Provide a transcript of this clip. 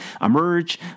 emerge